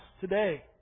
today